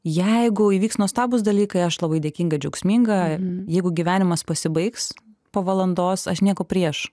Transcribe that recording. jeigu įvyks nuostabūs dalykai aš labai dėkinga džiaugsminga jeigu gyvenimas pasibaigs po valandos aš nieko prieš